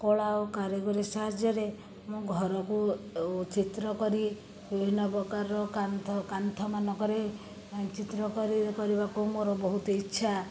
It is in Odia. କଳା ଆଉ କାରିଗରୀ ସାହାଯ୍ୟରେ ମୁଁ ଘରକୁ ଚିତ୍ର କରି ବିଭିନ୍ନ ପ୍ରକାରର କାନ୍ଥ କାନ୍ଥ ମାନଙ୍କରେ ଚିତ୍ର କରିବାକୁ ମୋର ବହୁତ ଇଚ୍ଛା